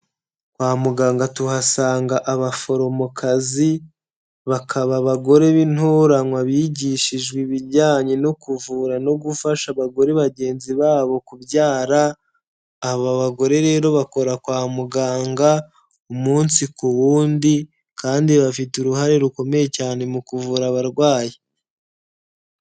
Kwa muganga tuhasanga abaforomokazi, bakaba abagore b'intoranywa bigishijwe ibijyanye no kuvura no gufasha abagore bagenzi babo kubyara. Aba bagore rero bakora kwa muganga, umunsi ku wundi kandi bafite uruhare rukomeye cyane mu kuvura abarwayi.